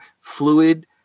fluid